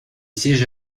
siège